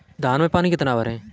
धान में पानी कितना भरें?